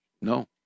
no